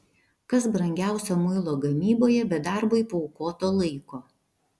kas brangiausia muilo gamyboje be darbui paaukoto laiko